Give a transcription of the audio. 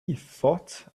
thought